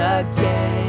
again